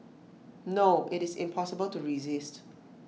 no IT is impossible to resist